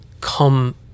come